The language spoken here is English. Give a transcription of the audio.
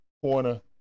corner